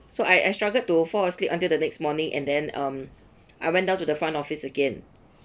so I I struggled to fall asleep until the next morning and then um I went down to the front office again